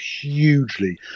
hugely